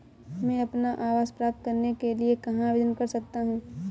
मैं अपना आवास प्राप्त करने के लिए कहाँ आवेदन कर सकता हूँ?